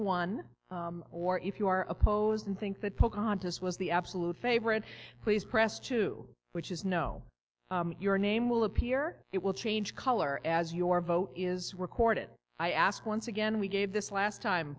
one or if you are opposed and think that pocahontas was the absolute favorite please press two which is no your name will appear it will change color as your vote is recorded i ask once again we gave this last time